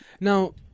Now